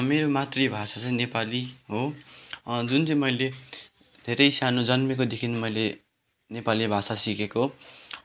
मेरो मातृ भाषा चाहिँ नेपाली हो जुन चाहिँ मैले धेरै सानो जन्मेकोदेखि मैले नेपाली भाषा सिकेको